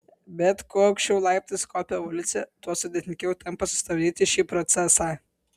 bet kuo aukščiau laiptais kopia evoliucija tuo sudėtingiau tampa sustabdyti šį procesą